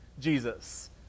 Jesus